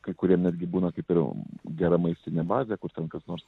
kai kurie netgi būna kaip ir gera maistinė bazė kur ten kas nors